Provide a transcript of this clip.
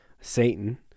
Satan